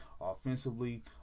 Offensively